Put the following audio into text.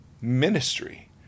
ministry